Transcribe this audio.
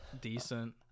decent